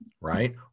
right